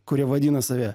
kurie vadina save